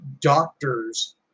doctors